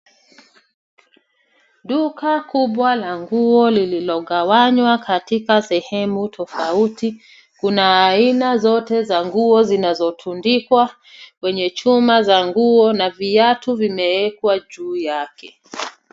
Duka kubwa la nguo lililogawanywa katika sehemu tofauti. Kuna aina zote za nguo zinazotundikwa kwenye chuma za nguo na viatu vimeekwa juu yake.